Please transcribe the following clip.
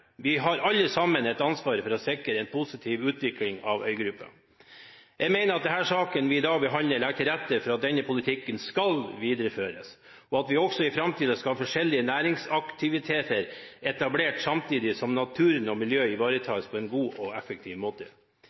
Vi har alle sammen et ansvar for å sikre en positiv utvikling av øygruppa. Jeg mener at den saken vi behandler i dag, legger til rette for at denne politikken skal videreføres, og at vi også i framtiden skal ha forskjellige næringsaktiviteter etablert, samtidig som naturen og miljøet ivaretas på en god og effektiv måte.